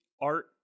art